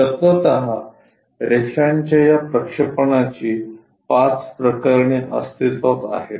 तत्वतः रेषांच्या या प्रक्षेपणाची पाच प्रकरणे अस्तित्वात आहेत